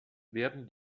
werden